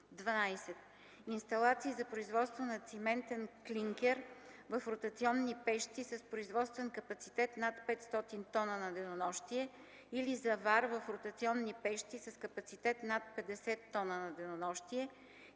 12. Инсталации за производство на циментен клинкер в ротационни пещи с производствен капацитет над 500 т на денонощие или за вар в ротационни пещи с капацитет над 50 т на денонощие